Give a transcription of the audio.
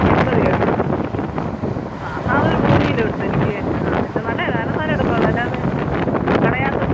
എണ്പത് രൂപയാണോ ആ എന്നാൽ അതൊരു മൂന്ന് കിലോ എടുത്തോ എനിക്ക് ഏറ്റവും ആ ഏറ്റവും നല്ലതല്ലേ നല്ല സാധനെ എടുക്കാവൊള്ളൂ അല്ലാതെ വിളയാത്തത്